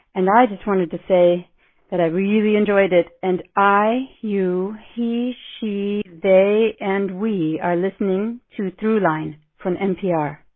and i just wanted to say that i really enjoyed it. and i, you, he, she, they and we are listening to throughline from npr